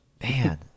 Man